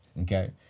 okay